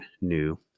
new